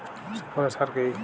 সুফলা সার কি?